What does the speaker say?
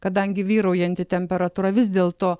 kadangi vyraujanti temperatūra vis dėlto